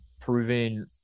proving –